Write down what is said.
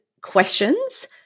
questions